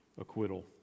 acquittal